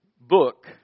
book